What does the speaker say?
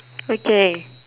okay